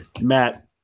Matt